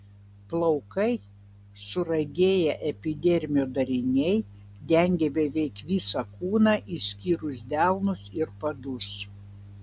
plaukai suragėję epidermio dariniai dengia beveik visą kūną išskyrus delnus ir padus